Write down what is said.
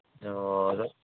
ꯑꯣ